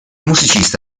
musicista